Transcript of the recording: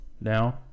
now